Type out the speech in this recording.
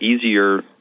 easier